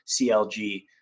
CLG